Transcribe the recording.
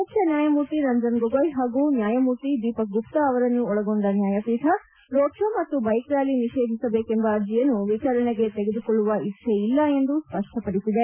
ಮುಖ್ಯ ನ್ಯಾಯಮೂರ್ತಿ ರಂಜನ್ ಗೊಗೊಯ್ ಹಾಗೂ ನ್ಯಾಯಮೂರ್ತಿ ದೀಪಕ್ ಗುಪ್ತ ಅವರನ್ನು ಒಳಗೊಂಡ ನ್ಯಾಯಪೀಠ ರೋಡ್ ಕೋ ಮತ್ತು ಬೈಕ್ ರ್ತಾಲಿ ನಿಷೇಧಿಸಬೇಕೆಂಬ ಅರ್ಜಿಯನ್ನು ವಿಚಾರಣೆಗೆ ತೆಗೆದುಕೊಳ್ಳುವ ಇಚ್ಚ ಇಲ್ಲ ಎಂದು ಸ್ಪಷ್ಟಪಡಿಸಿದೆ